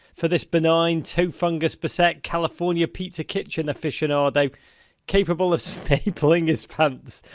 for this benign, toe-fungus beset, california pizza kitchen aficionado, capable of stapling his pants,